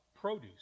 produce